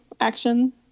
action